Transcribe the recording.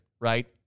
right